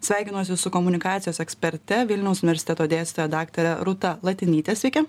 sveikinosi su komunikacijos eksperte vilniaus universiteto dėstytoja daktare rūta lapienyte sveiki